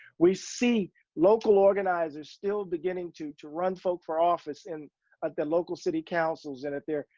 we see local organizers still beginning to, to run folk for office and at the local city councils and at their,